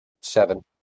Seven